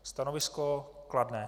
Stanovisko kladné.